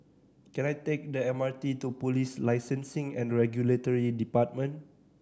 can I take the M R T to Police Licensing and Regulatory Department